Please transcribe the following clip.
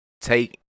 take